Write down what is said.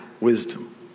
wisdom